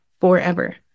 forever